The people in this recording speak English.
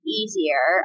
easier